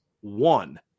One